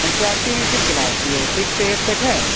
N C R T میں کل class کی ہے سیکس سے ایٹ تک ہے